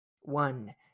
One